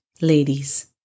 Ladies